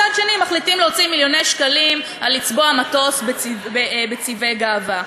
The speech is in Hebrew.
מצד שני מחליטים להוציא מיליוני שקלים על לצבוע מטוס בצבעי גאווה.